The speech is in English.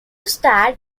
starred